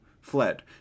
fled